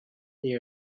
they